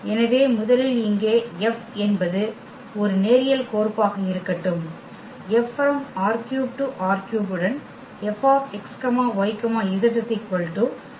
எனவே முதலில் இங்கே F என்பது ஒரு நேரியல் கோர்ப்பாக இருக்கட்டும் F ℝ3 → ℝ3 உடன் F x y z x y 0